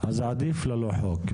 עדיף ללא חוק.